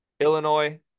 Illinois